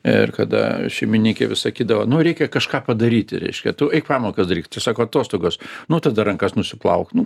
ir kada šeimininkė vis sakydavo nu reikia kažką padaryti reiškia tu eik pamokas daryk tai sako atostogos nu tada rankas nusiplauk nu